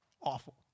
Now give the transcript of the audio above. awful